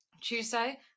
Tuesday